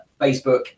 facebook